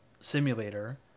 simulator